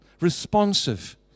responsive